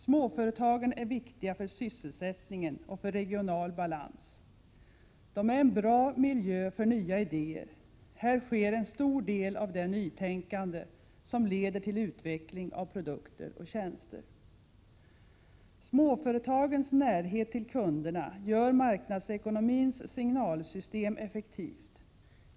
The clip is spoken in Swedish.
Småföretagen är viktiga för sysselsättningen och för regional balans. De är en bra miljö för nya idéer. Här sker en stor del av det nytänkande, som leder till 1 Småföretagens närhet till kunderna gör marknadsekonomins signalsystem effektivt.